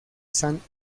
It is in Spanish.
sant